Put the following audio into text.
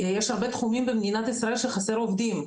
יש הרבה תחומים במדינת ישראל שחסר עובדים,